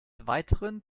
weiteren